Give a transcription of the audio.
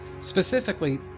Specifically